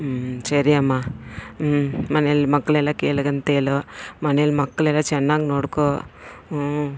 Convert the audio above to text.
ಹ್ಞೂ ಸರಿಯಮ್ಮ ಮನೆಯಲ್ಲಿ ಮಕ್ಳೆಲ್ಲ ಕೇಳ್ದೆ ಅಂಥೇಳು ಮನೆಲ್ಲಿ ಮಕ್ಳೆಲ್ಲ ಚೆನ್ನಾಗಿ ನೋಡ್ಕೋ ಹ್ಞೂ